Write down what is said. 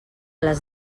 les